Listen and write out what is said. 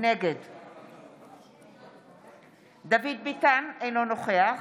נגד דוד ביטן, אינו נוכח